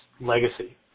legacy